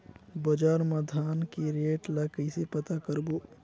बजार मा धान के रेट ला कइसे पता करबो?